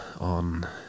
on